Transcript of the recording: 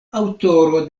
aŭtoro